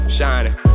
shining